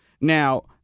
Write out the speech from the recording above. Now